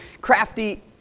crafty